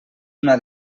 una